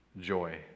joy